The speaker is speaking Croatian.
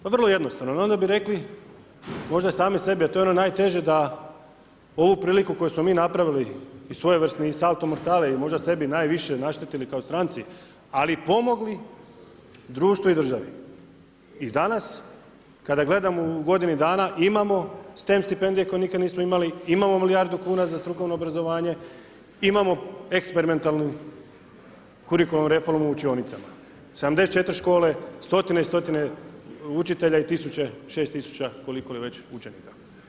Pa vrlo jednostavno jer onda bi rekli možda sami sebi, a to je ono najteže da ovu priliku koju smo mi napravili i svojevrsni salto mortale i možda sebi najviše naštetili kao stranci, ali pomogli društvu i državi i danas kada gledamo u godinu dana imamo … stipendije koje nikad nismo imali, imamo milijardu kuna za strukovno obrazovanje, imamo eksperimentalnu kurikularnu reformu u učionicama, 74 škole, stotine i stotine učitelja i 6000, koliko li je već, učenika.